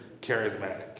charismatic